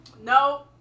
No